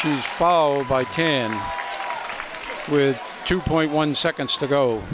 she's followed by ten with two point one seconds to go